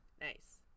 Nice